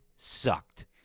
Sucked